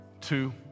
two